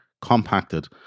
compacted